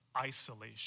isolation